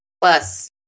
plus